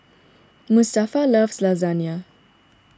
Mustafa loves Lasagne